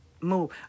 Move